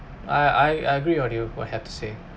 I I agree on you what have to say